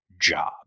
job